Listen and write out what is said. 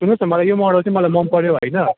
सुन्नुहोस् न मलाई यो मोडल चाहिँ मलाई मनपऱ्यो होइन